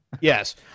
Yes